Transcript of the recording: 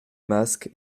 masque